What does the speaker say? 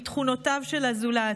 מתכונותיו של הזולת.